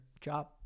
job